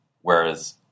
Whereas